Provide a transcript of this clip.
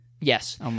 yes